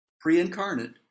pre-incarnate